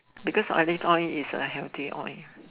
because Olive oil is a healthy oil